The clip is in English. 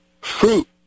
fruit